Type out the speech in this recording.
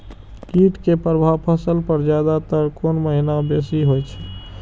कीट के प्रभाव फसल पर ज्यादा तर कोन महीना बेसी होई छै?